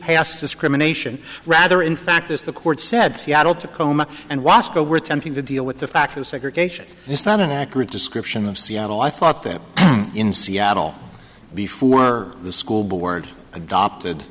past discrimination rather in fact is the court said seattle tacoma and watch go were attempting to deal with the fact of segregation it's not an accurate description of seattle i thought that in seattle before the school board adopted